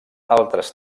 altres